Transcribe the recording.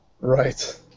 Right